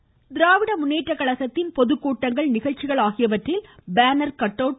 ஸ்டாலின் திராவிட முன்னேற்றக்கழகத்தின் பொதுக்கூட்டங்கள் நிகழ்ச்சிகள் ஆகியவற்றில் பேனர் கட்அவுட்